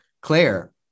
Claire